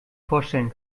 vorstellen